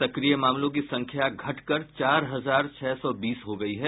सक्रिय मामलों की संख्या घटकर चार हजार छह सौ बीस हो गयी है